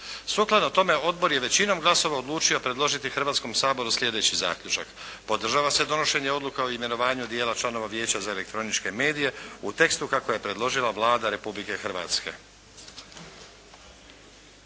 Sukladno tome odbor je većinom glasova odlučio predložiti Hrvatskom saboru sljedeći zaključak: Podržava se donošenje Odluke o imenovanju dijela članova Vijeća za elektroničke medije u tekstu kako je predložila Vlada Republike Hrvatske.